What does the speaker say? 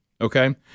Okay